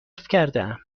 کردهام